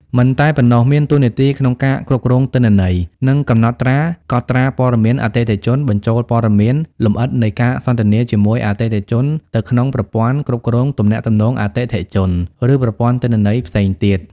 មិនតែប៉ុណ្ណោះ មានតួនាទីក្នុងការគ្រប់គ្រងទិន្នន័យ និងកំណត់ត្រា កត់ត្រាព័ត៌មានអតិថិជន បញ្ចូលព័ត៌មានលម្អិតនៃការសន្ទនាជាមួយអតិថិជនទៅក្នុងប្រព័ន្ធគ្រប់គ្រងទំនាក់ទំនងអតិថិជន ឬប្រព័ន្ធទិន្នន័យផ្សេងទៀត។